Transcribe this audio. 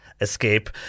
Escape